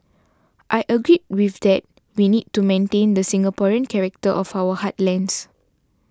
I agreed with that we need to maintain the Singaporean character of our heartlands